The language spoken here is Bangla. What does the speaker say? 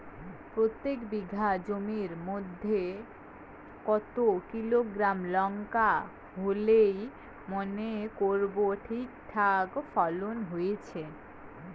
প্রত্যেক বিঘা জমির মইধ্যে কতো কিলোগ্রাম লঙ্কা হইলে মনে করব ঠিকঠাক ফলন হইছে?